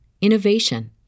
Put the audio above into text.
innovation